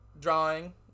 drawing